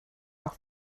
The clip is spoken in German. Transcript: auch